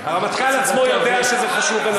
הרמטכ"ל עצמו יודע שזה חשוב ונכון.